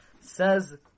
Says